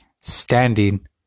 standing